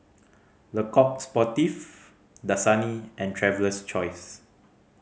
Le Coq Sportif Dasani and Traveler's Choice